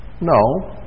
No